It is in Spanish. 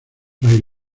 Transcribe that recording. fray